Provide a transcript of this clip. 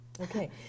okay